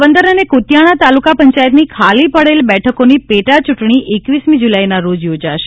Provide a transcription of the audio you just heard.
પોરબંદર અને કુતિયાણા તાલુકા પંચાયતની ખાલી પડેલ બેઠકોની પેટા ચૂંટણી એકવીસમી જુલાઈના રોજ યોજાશે